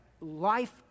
life